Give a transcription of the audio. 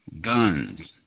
guns